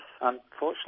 Unfortunately